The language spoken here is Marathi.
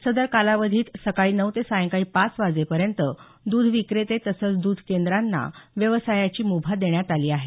सदर कालावधीत सकाळी नऊ ते सायंकाळी पाच वाजेपर्यंत द्ध विक्रेते तसंच द्ध केंद्रांना व्यवसायाची मुभा देण्यात आली आहे